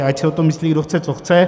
A ať si o tom myslí kdo chce co chce.